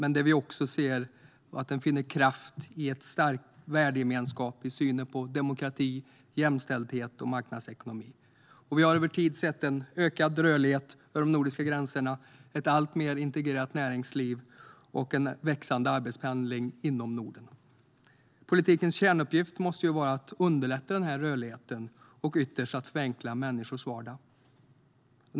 Vi ser också att det finner kraft i en stark värdegemenskap, i synen på demokrati, jämställdhet och marknadsekonomi. Vi har över tid sett en ökad rörlighet över de nordiska gränserna, ett alltmer integrerat näringsliv och en växande arbetspendling inom Norden. Politikens kärnuppgift måste vara att underlätta för denna rörlighet och ytterst att förenkla människors vardag.